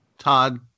Todd